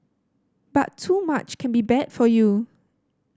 but too much can be bad for you